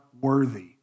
worthy